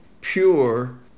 pure